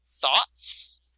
Thoughts